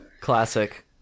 Classic